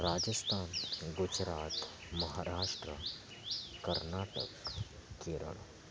Rajasthan Gujarat Maharashtra Karnataka Kerala